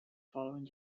following